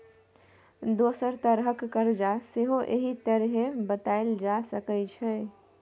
दोसर तरहक करजा सेहो एहि तरहें बताएल जा सकै छै